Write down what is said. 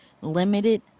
limited